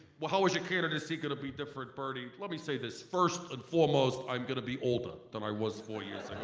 well how is your candidacy gonna be different, bernie? let me say this first and foremost, i'm gonna be older than i was four years ah